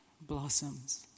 blossoms